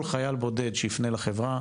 כל חייל בודד שיפנה לחברה,